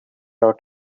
out